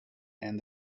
and